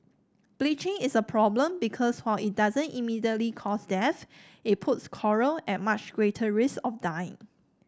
bleaching is a problem because while it doesn't immediately cause death it puts coral at much greater risk of dying